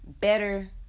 better